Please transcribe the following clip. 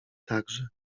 także